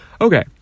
Okay